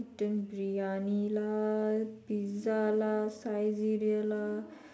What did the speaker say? mutton briyani lah pizza lah Saizeriya lah